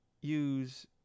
use